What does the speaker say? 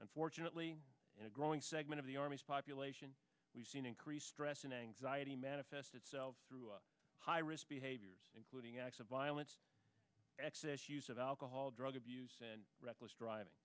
unfortunately and a growing segment of the army's population we've seen increased stress and anxiety manifests itself through high risk behaviors including acts of violence excess use of alcohol drugs reckless driving